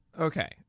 Okay